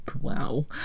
wow